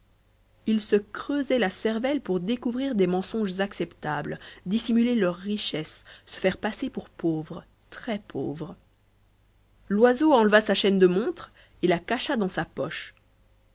ils se creusaient la cervelle pour découvrir des mensonges acceptables dissimuler leurs richesses se faire passer pour pauvres très pauvres loiseau enleva sa chaîne de montre et la cacha dans sa poche